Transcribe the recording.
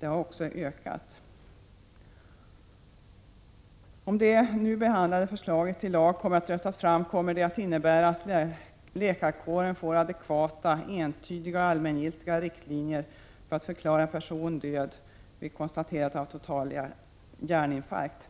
har ökat. Om det nu behandlade förslaget till lag kommer att röstas fram kommer det att innebära att läkarkåren får adekvata, entydiga och allmängiltiga riktlinjer för att förklara en person död vid konstaterandet av total hjärninfarkt.